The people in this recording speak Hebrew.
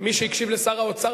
מי שהקשיב לשר האוצר,